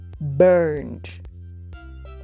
Burned